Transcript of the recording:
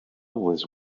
was